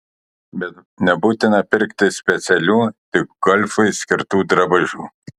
bet nebūtina pirkti specialių tik golfui skirtų drabužių